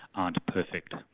aren't perfect.